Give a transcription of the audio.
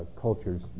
cultures